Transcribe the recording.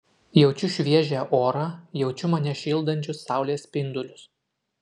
jaučiu šviežią orą jaučiu mane šildančius saulės spindulius